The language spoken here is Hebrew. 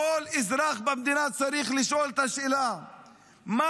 כל אזרח במדינה צריך לשאול את השאלה מה